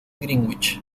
greenwich